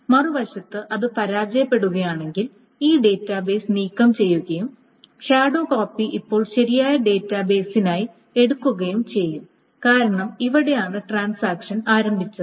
മറുവശത്ത് അത് പരാജയപ്പെടുകയാണെങ്കിൽ ഈ ഡാറ്റാബേസ് നീക്കംചെയ്യുകയും ഷാഡോ കോപ്പി ഇപ്പോൾ ശരിയായ ഡാറ്റാബേസായി എടുക്കുകയും ചെയ്യും കാരണം ഇവിടെയാണ് ട്രാൻസാക്ഷൻ ആരംഭിച്ചത്